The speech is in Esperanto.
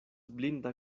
blinda